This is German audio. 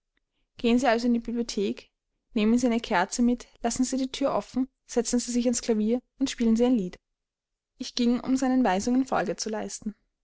gehen sie also in die bibliothek nehmen sie eine kerze mit lassen sie die thür offen setzen sie sich ans klavier und spielen sie ein lied ich ging um seinen weisungen folge zu leisten